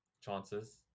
chances